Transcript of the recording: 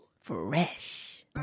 Fresh